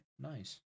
nice